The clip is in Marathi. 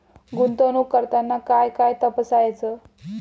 गुंतवणूक करताना काय काय तपासायच?